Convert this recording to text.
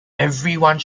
everyone